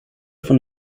von